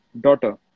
daughter